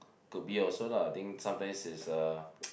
could be also lah I think sometimes is uh